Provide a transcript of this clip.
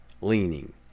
leaning